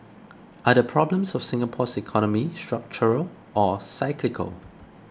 are the problems of Singapore's economy structural or cyclical